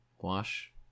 wash